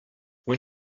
when